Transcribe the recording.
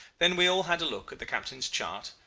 then we all had a look at the captain's chart,